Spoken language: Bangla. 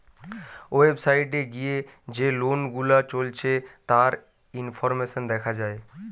ওয়েবসাইট এ গিয়ে যে লোন গুলা চলছে তার ইনফরমেশন দেখা যায়